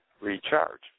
recharge